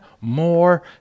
more